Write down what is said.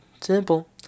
Simple